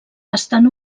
estan